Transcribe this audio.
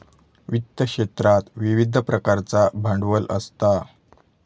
वित्त क्षेत्रात विविध प्रकारचा भांडवल असता